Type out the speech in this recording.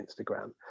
instagram